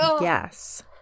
Yes